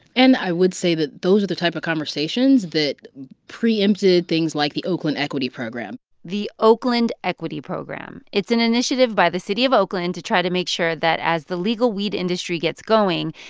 and i would say that those are the type of conversations that preempted things like the oakland equity program the oakland equity program it's an initiative by the city of oakland to try to make sure that as the legal weed industry gets going,